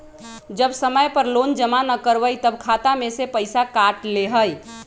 जब समय पर लोन जमा न करवई तब खाता में से पईसा काट लेहई?